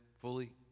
fully